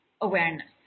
awareness